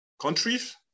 countries